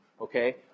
okay